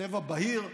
צבע בהיר,